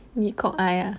你可爱 ah